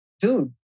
dude